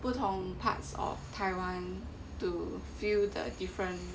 不同 parts of taiwan to feel the different